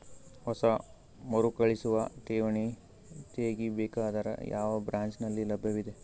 ಹೊಸ ಮರುಕಳಿಸುವ ಠೇವಣಿ ತೇಗಿ ಬೇಕಾದರ ಯಾವ ಬ್ರಾಂಚ್ ನಲ್ಲಿ ಲಭ್ಯವಿದೆ?